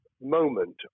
moment